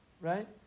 Right